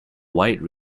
wide